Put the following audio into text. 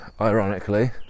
ironically